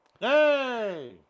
Hey